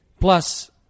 Plus